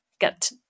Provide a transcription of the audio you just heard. get